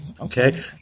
Okay